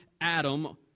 Adam